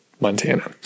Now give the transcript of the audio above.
Montana